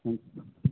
ਹਾਂਜੀ